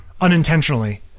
unintentionally